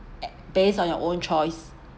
base on your own choice